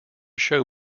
show